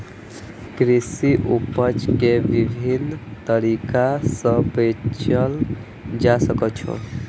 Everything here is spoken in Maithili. कृषि उपज कें विभिन्न तरीका सं बेचल जा सकै छै